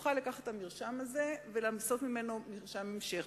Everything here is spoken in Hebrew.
תוכל לקחת את המרשם הזה ולעשות ממנו מרשם המשך.